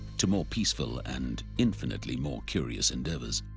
to more peaceful and infinitely more curious endeavors,